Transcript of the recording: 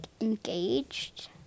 engaged